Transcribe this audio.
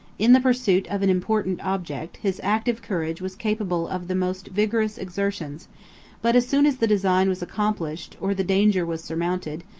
in the pursuit of an important object, his active courage was capable of the most vigorous exertions but, as soon as the design was accomplished, or the danger was surmounted,